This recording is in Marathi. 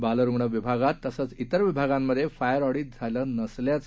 बालरुग्ण विभागात तसंच इतर विभागात फायर ऑडि झालं नसल्याचं